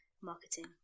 marketing